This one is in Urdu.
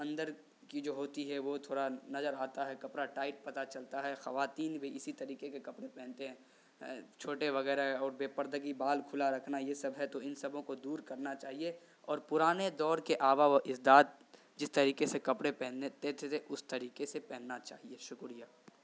اندر کی جو ہوتی ہے وہ تھوڑا نظر آتا ہے کپڑا ٹائٹ پتہ چلتا ہے خواتین بھی اسی طریقے کے کپڑے پہنتے ہیں چھوٹے وغیرہ اور بے پردگی بال کھلا رکھنا یہ سب ہے تو ان سبھوں کو دور کرنا چاہیے اور پرانے دور کے آباء و اجداد جس طریقے سے کپڑے پہننے تے تھے اس طریقے سے پہننا چاہیے شکریہ